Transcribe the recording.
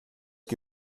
que